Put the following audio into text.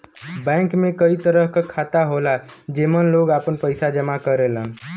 bank में कई तरह क खाता होला जेमन लोग आपन पइसा जमा करेलन